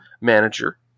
manager